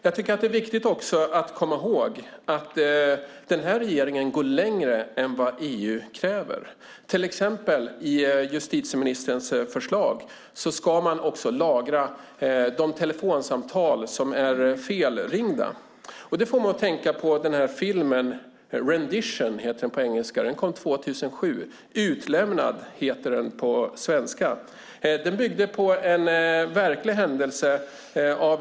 Jag tycker också att det är viktigt att komma ihåg att denna regering går längre än EU kräver. Till exempel ska man i justitieministerns förslag lagra också de telefonsamtal som är felringda. Det får mig att tänka på en film som kom 2007. Den heter Rendition på engelska och Utlämnad på svenska. Den bygger på en verklig händelse.